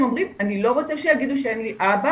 אומרים 'אני לא רוצה שיגידו שאין לי אבא,